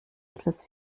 etwas